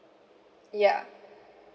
yeah